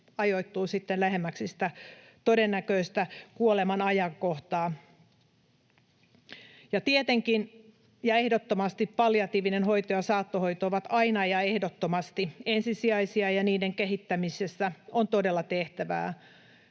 sitten lähemmäksi sitä todennäköistä kuoleman ajankohtaa. Tietenkin ja ehdottomasti palliatiivinen hoito ja saattohoito ovat aina ja ehdottomasti ensisijaisia, ja niiden kehittämisessä on todella tehtävää.